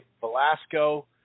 Velasco